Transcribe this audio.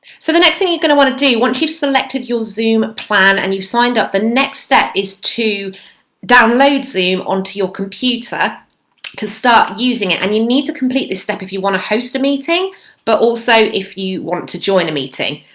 so the next thing you're going to want to do once you've selected your zoom plan and you signed up the next step is to download zoom onto your computer to start using it and you need to complete this step if you want to host a meeting but also if you want to join a meeting.